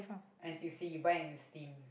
N_T_U_C you buy and you steam